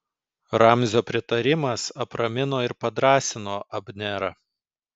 ramzio pritarimas apramino ir padrąsino abnerą